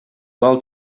vol